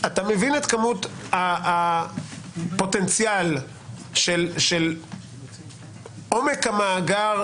אתה מבין את כמות הפוטנציאל של עומק המאגר,